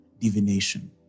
divination